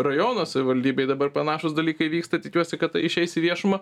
rajono savivaldybėj dabar panašūs dalykai vyksta ir tikiuosi kad tai išeis į viešumą